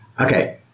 okay